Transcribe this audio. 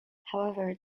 however